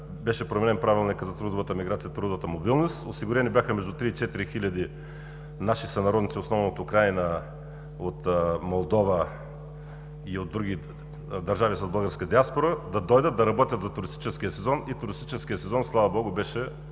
беше променен Правилникът за трудовата миграция и трудовата мобилност, осигурени бяха между три и четири хиляди наши сънародници, основно от Украйна, от Молдова и от други държави с българска диаспора да дойдат да работят за туристическия сезон и туристическият сезон, Слава богу, беше